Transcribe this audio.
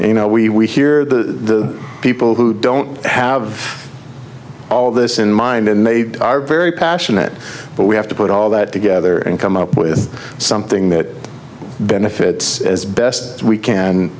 you know we we hear the people who don't have all this in mind and made very passionate but we have to put all that together and come up with something that benefits as best we can